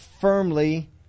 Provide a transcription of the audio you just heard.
firmly